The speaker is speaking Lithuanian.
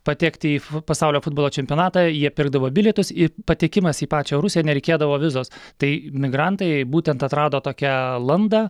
patekti į pasaulio futbolo čempionatą jie pirkdavo bilietus ir patekimas į pačią rusiją nereikėdavo vizos tai migrantai būtent atrado tokią landą